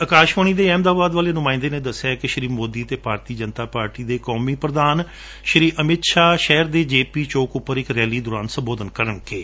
ਅਕਾਸ਼ਵਾਣੀ ਦੇ ਅਹਿਮਦਾਬਾਦ ਵਾਲੇ ਨੁਮਾਇੰਦੇ ਨੇ ਦੱਸਿਐ ਕਿ ਸ਼ੀ ਮੋਦੀ ਅਤੇ ਭਾਰਤੀ ਜਨਤਾ ਪਾਰਟੀ ਦੇ ਕੌਮੀ ਪ੍ਰਧਾਨ ਸ਼ੀ ਅਮਿਤ ਸ਼ਾਹ ਸ਼ਹਿਰ ਦੇ ਜੇਪੀ ਚੌਂਕ ਉੱਪਰ ਇੱਕ ਰੈਲੀ ਦੌਰਾਨ ਸੰਬੋਧਨ ਵੀ ਕਰਣਗੇ